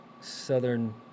Southern